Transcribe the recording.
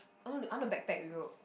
oh I want to backpack Europe